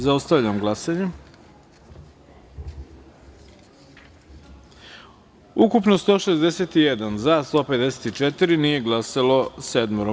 Zaustavljam glasanje: Ukupno- 161, za – 154, nije glasalo – sedmoro.